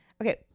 Okay